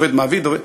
עובד מעביד.